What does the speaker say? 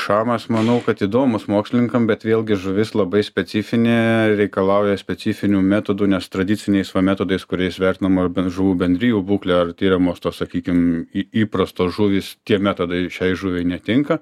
šamas manau kad įdomus mokslininkam bet vėlgi žuvis labai specifinė reikalauja specifinių metodų nes tradiciniais va metodais kuriais vertinama ir ben žuvų bendrijų būklė ar tiriamos tos sakykim į įprastos žuvys tie metodai šiai žuviai netinka